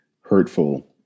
hurtful